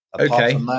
Okay